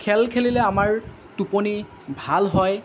খেল খেলিলে আমাৰ টোপনি ভাল হয়